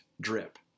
drip